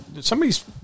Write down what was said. somebody's